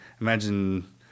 Imagine